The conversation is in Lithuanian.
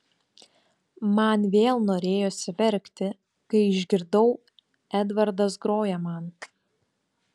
man vėl norėjosi verkti kai išgirdau edvardas groja man